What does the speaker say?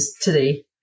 today